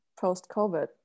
post-covid